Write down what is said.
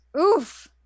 Oof